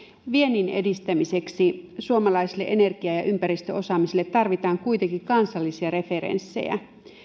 viennin edistämiseksi suomalaiselle energia ja ympäristöosaamiselle tarvitaan kuitenkin kansallisia referenssejä